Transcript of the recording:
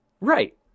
Right